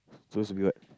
just go out